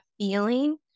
feeling